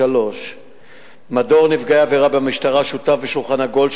3. מדור נפגעי עבירה במשטרה שותף ב"שולחן עגול",